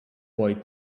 boy